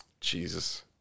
Jesus